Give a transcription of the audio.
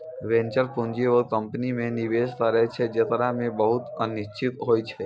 venture पूंजी उ company मे निवेश करै छै जेकरा मे बहुते अनिश्चिता होय छै